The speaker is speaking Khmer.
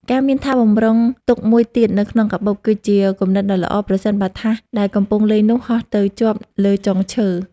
ការមានថាសបម្រុងទុកមួយទៀតនៅក្នុងកាបូប គឺជាគំនិតដ៏ល្អប្រសិនបើថាសដែលកំពុងលេងនោះហោះទៅជាប់លើចុងឈើ។